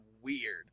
weird